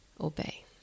obey